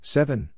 seven